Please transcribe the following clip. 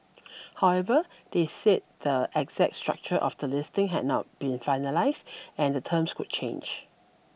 however they said the exact structure of the listing had not been finalised and the terms could change